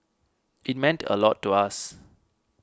it meant a lot to us